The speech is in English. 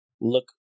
look